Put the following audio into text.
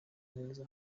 neza